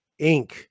Inc